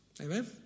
Amen